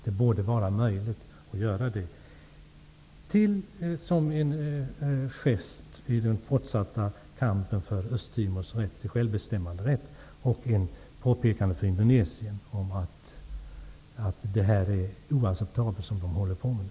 Det borde vara möjligt att göra detta som en gest i den fortsatta kampen för Östtimors rätt till självbestämmande och som ett påpekande för Indonesien om att det som man håller på med är oacceptabelt.